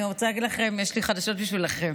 אני רוצה להגיד לכם, יש לי חדשות בשבילכם: